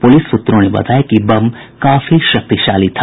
police सूत्रों ने बताया कि बम काफी शक्तिशाली था